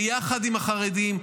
ביחד עם החרדים,